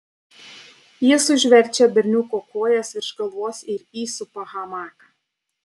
jis užverčia berniuko kojas virš galvos ir įsupa hamaką